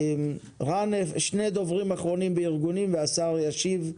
שני הדוברים האחרונים והשר ישיב.